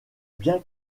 bien